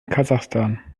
kasachstan